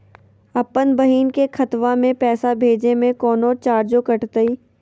अपन बहिन के खतवा में पैसा भेजे में कौनो चार्जो कटतई?